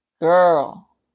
Girl